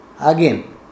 Again